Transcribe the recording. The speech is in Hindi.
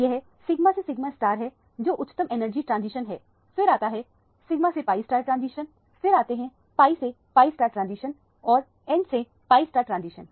यह सिगमा से सिगमा है जो उच्चतम एनर्जी ट्रांजिशन है फिर आता है सिगमा से pi ट्रांजिशन फिर आते हैं pi से pi ट्रांजिशन और n से pi ट्रांजिशन